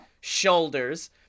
shoulders